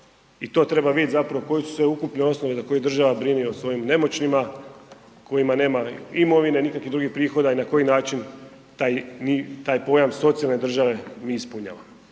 i to treba vidit zapravo koji su sve ukupne osnove za koje država brine o svojim nemoćnima kojima nema imovine, nikakvih drugih prihoda i na koji način taj, taj pojam socijalne države mi ispunjavamo.